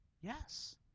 yes